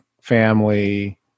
family